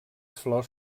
flors